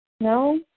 No